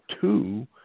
two